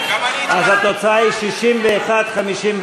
פעמיים, אז התוצאה היא 61 59,